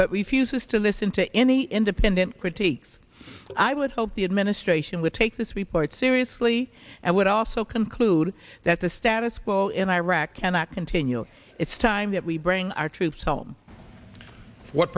but we fuses to listen to in the independent critiques i would hope the administration would take this report seriously and would also conclude that the status quo in iraq cannot continue it's time that we bring our troops home what